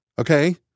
Okay